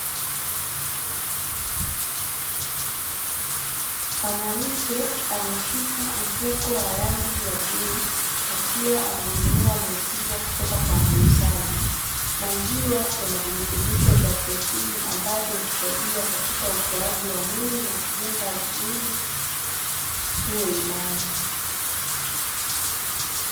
Mwanamke ameshika mfuko wa rangi ya bluu akiwa ananunua maziwa kutoka kwa muuzaji. Maziwa yana virutubisho vya protini ambavyo humsaidia katika ukuaji wa mwili na kujenga mwili uwe imara.